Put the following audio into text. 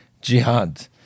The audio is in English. jihad